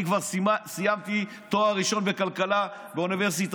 העציץ הראשי אלכס קושניר, שלא מוציא הגה,